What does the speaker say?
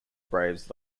braves